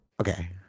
Okay